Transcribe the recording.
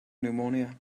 pneumonia